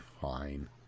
fine